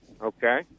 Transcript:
Okay